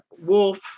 Wolf